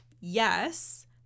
yes